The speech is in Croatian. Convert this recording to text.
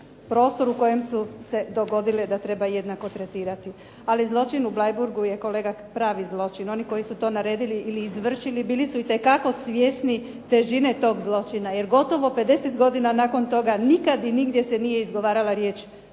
prostoru kojem su se dogodile da treba jednako tretirati. Ali zločin u Bleiburgu je kolega pravi zločin. Oni koji su to naredili ili izvršili bili su itekako svjesni težine tog zločina, jer gotovo 50 godina nakon toga nikad i nigdje se nije izgovarala riječ